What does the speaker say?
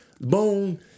boom